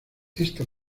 esta